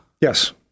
Yes